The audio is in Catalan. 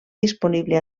disponible